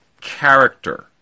character